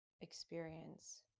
experience